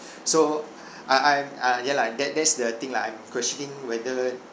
so I I ah ya lah like that that's the thing lah I'm questioning whether